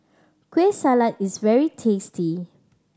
Kueh Salat is very tasty